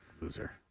Loser